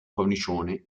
cornicione